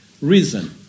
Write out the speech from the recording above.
reason